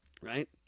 right